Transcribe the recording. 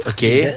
Okay